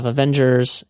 Avengers